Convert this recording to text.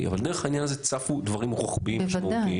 אבל דרך העניין הזה צפו דברים רוחביים משמעותיים.